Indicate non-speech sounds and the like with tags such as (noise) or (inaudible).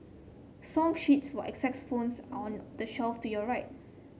song sheets for (unintelligible) are on the shelf to your right